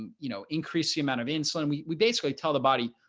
um you know, increase the amount of insulin we we basically tell the body,